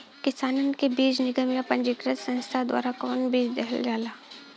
किसानन के बीज निगम या पंजीकृत संस्था द्वारा कवन बीज देहल जाला?